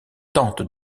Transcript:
tente